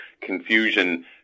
confusion